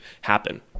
happen